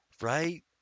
Right